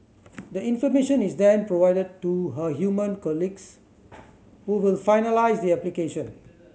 the information is then provided to her human colleagues who will finalise the application